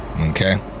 Okay